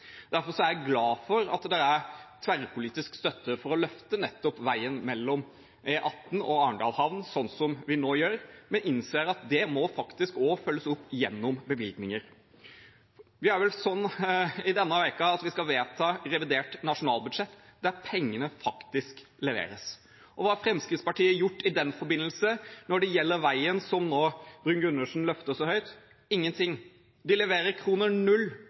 er jeg glad for at det er tverrpolitisk støtte for å løfte nettopp veien mellom E18 og Arendal havn, som vi nå gjør, men innser at det også må følges opp gjennom bevilgninger. Denne uken skal vi vedta revidert nasjonalbudsjett, der pengene faktisk leveres. Hva har Fremskrittspartiet gjort i den forbindelse når det gjelder veien Bruun-Gundersen nå løfter så høyt? Ingenting – de leverer kroner null